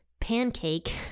pancake